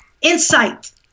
insight